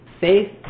Faith